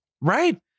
Right